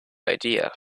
idea